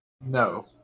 No